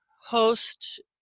host